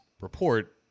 report